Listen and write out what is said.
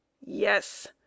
Yes